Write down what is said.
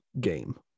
game